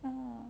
hmm